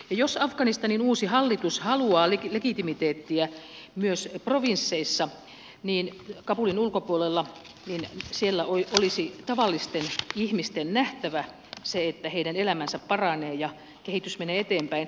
jos afganistanin uusi hallitus haluaa legitimiteettiä myös provinsseissa kabulin ulkopuolella niin siellä olisi tavallisten ihmisten nähtävä se että heidän elämänsä paranee ja kehitys menee eteenpäin